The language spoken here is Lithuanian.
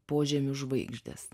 požemių žvaigždės